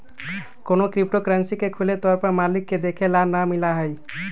कौनो crypto currency के खुले तौर पर मालिक के देखे ला ना मिला हई